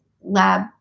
lab